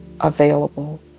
available